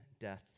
death